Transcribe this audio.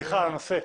סליחה, לנושא.